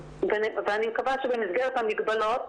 ואני מקווה שבמסגרת המגבלות